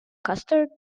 custard